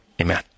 Amen